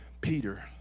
Peter